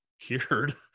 cured